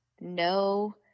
no